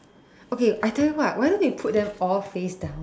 okay I tell you what why don't we put them all face down